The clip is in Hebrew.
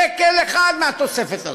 שקל אחד מהתוספת הזאת.